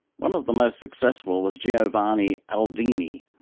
one of the most successful was giovanni aldini,